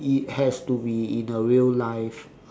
it has to be in a real life